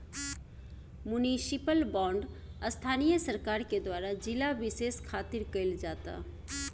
municipal bond स्थानीय सरकार के द्वारा जिला बिशेष खातिर कईल जाता